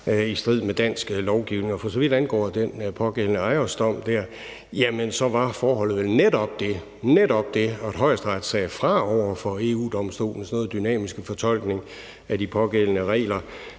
i strid med dansk lovgivning. For så vidt angår den pågældende Ajosdom, vil jeg sige, at forholdet vel netop var det, at Højesteret sagde fra over for EU-Domstolens noget dynamiske fortolkning af de pågældende regler.